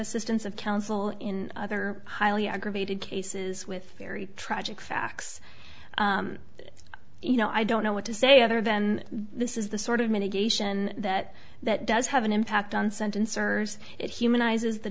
assistance of counsel in other highly aggravated cases with very tragic facts that you know i don't know what to say other than this is the sort of mitigation that that does have an impact on sentence earners it's humanizes the